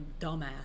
Dumbass